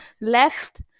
left